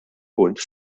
punt